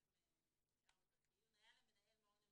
(2)היה למנהל מעון יום